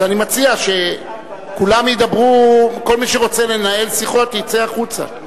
אני מציע שכל מי שרוצה לנהל שיחות יצא החוצה.